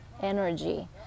energy